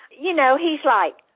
you know, he's like,